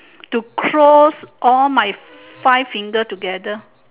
to close all my five finger together